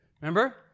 remember